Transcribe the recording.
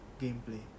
gameplay